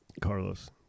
carlos